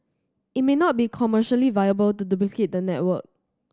it may not be commercially viable to duplicate the network